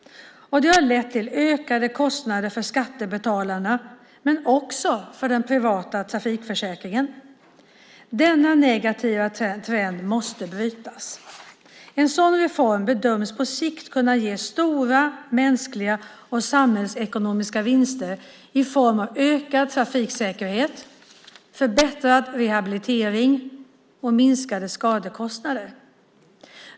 Det har lett till ökade kostnader för skattebetalarna men också för den privata trafikförsäkringen. Denna negativa trend måste brytas. En sådan reform bedöms på sikt kunna ge stora mänskliga och samhällsekonomiska vinster i form av ökad trafiksäkerhet, förbättrad rehabilitering och minskade skadekostnader.